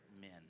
men